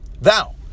thou